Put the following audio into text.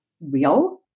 real